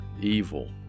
evil